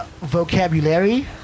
Vocabulary